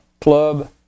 Club